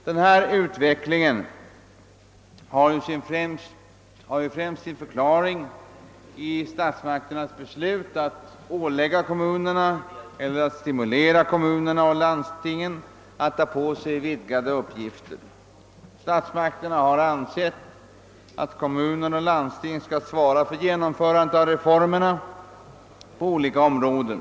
Denna utveckling har sin främsta förklaring i statsmakternas beslut att ålägga eller stimulera kommuner och landsting att ta på sig vidgade uppgifter. Statsmakterna har ansett att landsting och kommuner skall svara för genomförandet av reformer som beslutas på olika områden.